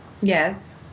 Yes